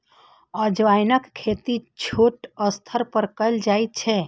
अजवाइनक खेती छोट स्तर पर कैल जाइ छै